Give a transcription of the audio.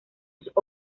sus